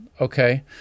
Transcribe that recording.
okay